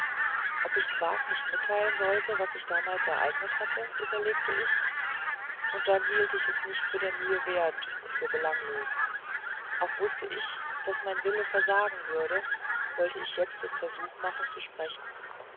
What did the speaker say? ob ich zwakh nicht mitteilen sollte was sich damals ereignet hatte überlegte ich dann hielt ich es nicht der mühe für wert und für belanglos auch wußte ich daß mein wille versagen würde wollte ich jetzt den versuch machen zu sprechen